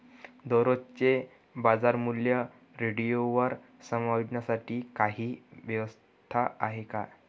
दररोजचे बाजारमूल्य रेडिओवर समजण्यासाठी काही व्यवस्था आहे का?